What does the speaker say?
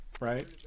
right